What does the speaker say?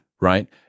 Right